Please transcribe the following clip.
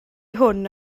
hwn